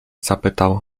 zapytał